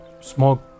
smoke